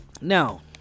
now